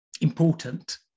important